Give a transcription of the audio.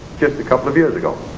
just a couple of years ago